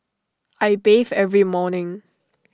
I bathe every morning